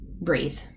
breathe